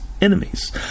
enemies